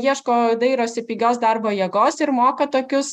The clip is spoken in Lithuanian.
ieško dairosi pigios darbo jėgos ir moko tokius